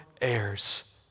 heirs